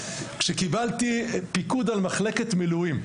כשקיבלתי את הפיקוד על מחלקת מילואים.